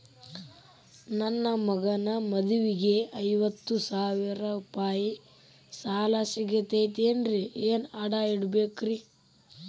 ನನ್ನ ಮಗನ ಮದುವಿಗೆ ಐವತ್ತು ಸಾವಿರ ರೂಪಾಯಿ ಸಾಲ ಸಿಗತೈತೇನ್ರೇ ಏನ್ ಅಡ ಇಡಬೇಕ್ರಿ?